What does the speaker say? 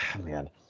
man